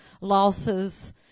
losses